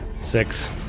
Six